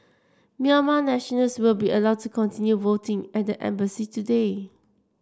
Myanmar nationals will be allowed to continue voting at the embassy today